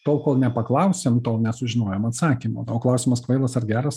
tol kol nepaklausėm tol nesužinojom atsakymo o klausimas kvailas ar geras